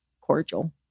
cordial